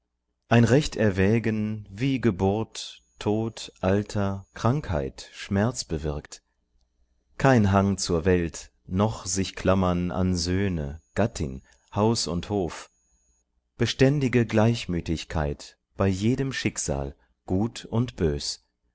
ein recht erwägen wie geburt tod alter krankheit schmerz bewirkt kein hang zur welt noch sichklammern an söhne gattin haus und hof beständige gleichmütigkeit bei jedem schicksal gut und bös